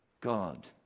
God